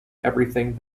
everything